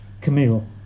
Camille